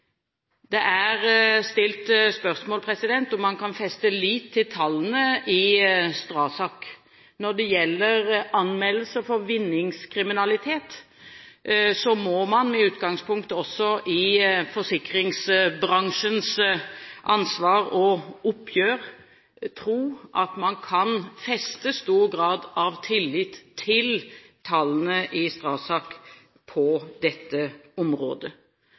Det er stilt spørsmål ved om man kan feste lit til tallene i STRASAK. Når det gjelder anmeldelser for vinningskriminalitet, må man med utgangspunkt også i forsikringsbransjens ansvar og oppgjør tro at man kan feste stor grad av tillit til tallene i STRASAK på dette området.